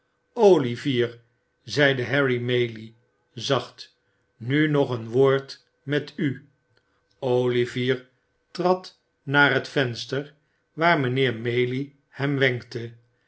olivier zeide harry maylie zacht nu nog een woord met u olivier trad naar een venster waar mijnheer maylie hem wenkte